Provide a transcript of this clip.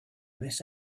miss